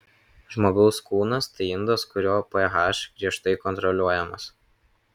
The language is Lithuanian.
žmogaus kūnas tai indas kurio ph griežtai kontroliuojamas